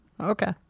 Okay